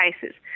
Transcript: cases